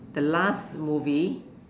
the last movie